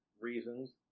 reasons